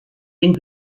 den